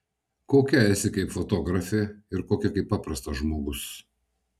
kokia esi kaip fotografė ir kokia kaip paprastas žmogus